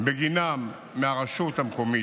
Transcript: בגינם מהרשות המקומית,